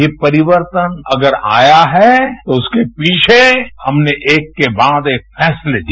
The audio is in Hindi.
ये परिवर्तन अगर आया है तो उसके पीछे हमने एक के बाद एक फैसले लिए